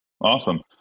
Awesome